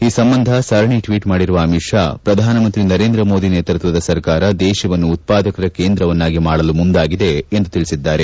ಈ ಸಂಬಂಧ ಸರಣಿ ಟ್ವೀಟ್ ಮಾಡಿರುವ ಅಮಿತ್ ಷಾ ಪ್ರಧಾನಮಂತ್ರಿ ನರೇಂದ್ರ ಮೋದಿ ನೇತೃತ್ವದ ಸರ್ಕಾರ ದೇಶವನ್ನು ಉತ್ಪಾದಕರ ಕೇಂದ್ರವನ್ನಾಗಿ ಮಾಡಲು ಮುಂದಾಗಿದೆ ಎಂದು ತಿಳಿಸಿದ್ದಾರೆ